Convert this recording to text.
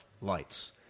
lights